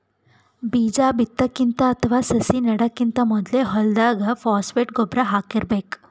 ಬೀಜಾ ಬಿತ್ತಕ್ಕಿಂತ ಅಥವಾ ಸಸಿ ನೆಡಕ್ಕಿಂತ್ ಮೊದ್ಲೇ ಹೊಲ್ದಾಗ ಫಾಸ್ಫೇಟ್ ಗೊಬ್ಬರ್ ಹಾಕಿರ್ಬೇಕ್